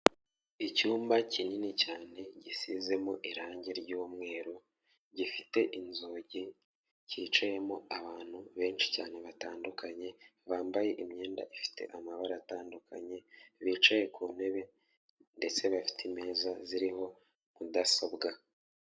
Icyumba kinini cyane gisizemo irangi ry'umweru, gifite inzugi, cyicayemo abantu benshi cyane batandukanye bambaye imyenda ifite amabara atandukanye, bicaye ku ntebe ndetse bafite imeza ziriho mudasobwa.